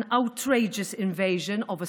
אני מביאה היום דברים של תקווה,